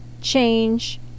change